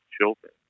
children